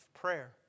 prayer